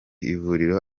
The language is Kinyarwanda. ivuriro